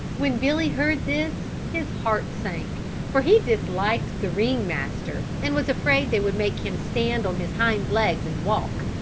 when billy heard this his heart sank for he disliked the ring-master and was afraid they would make him stand on his hind-legs and walk.